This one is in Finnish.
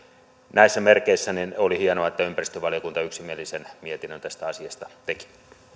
näissä merkeissä oli hienoa että ympäristövaliokunta yksimielisen mietinnön tästä asiasta teki